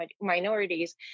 minorities